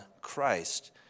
Christ